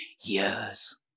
years